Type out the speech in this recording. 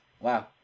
Wow